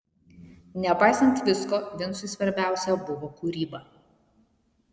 nepaisant visko vincui svarbiausia buvo kūryba